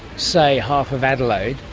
say, half of adelaide,